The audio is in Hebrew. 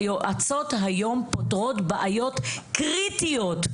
היועצות היום פותרות בעיות קריטיות,